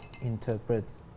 interprets